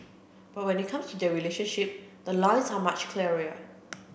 but when it comes their relationship the lines are much clearer